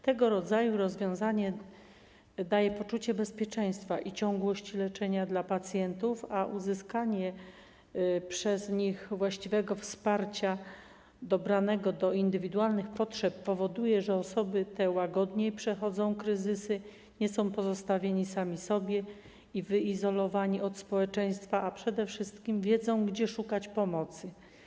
Tego rodzaju rozwiązanie daje poczucie bezpieczeństwa i ciągłość leczenia dla pacjentów, a uzyskanie przez nich właściwego wsparcia dobranego do indywidualnych potrzeb powoduje, że osoby te łagodniej przechodzą kryzysy, nie są pozostawione same sobie i wyizolowane od społeczeństwa, a przede wszystkim wiedzą, gdzie szukać pomocy.